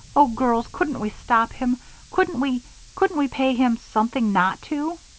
oh, girls! couldn't we stop him couldn't we couldn't we pay him something not to?